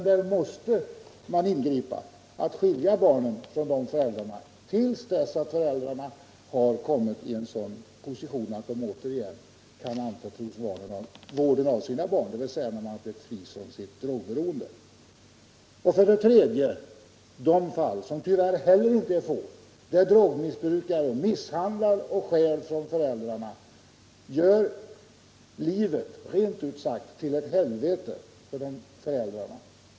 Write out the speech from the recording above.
Där måste man ingripa och skilja barnen från föräldrarna till dess föräldrarna har kommit därhän att de återigen kan anförtros vården av sina barn, dvs. blivit fria från sitt drogberoende. För det tredje har vi de fall — som tyvärr inte heller är få — där drogmissbrukare misshandlar och stjäl från sina föräldrar, gör livet rent ut sagt till ett helvete för föräldrarna.